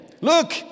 look